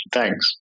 thanks